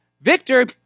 Victor